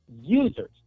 Users